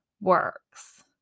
works